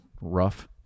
rough